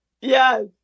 Yes